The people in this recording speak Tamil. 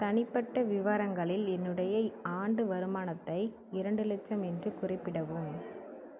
தனிப்பட்ட விவரங்களில் என்னுடைய ஆண்டு வருமானத்தை இரண்டு லட்சம் என்று குறிப்பிடவும்